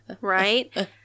Right